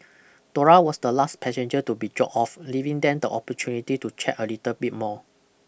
Dora was the last passenger to be dropped off leaving them the opportunity to chat a little bit more